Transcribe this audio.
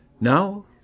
Now